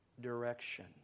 direction